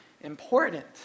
important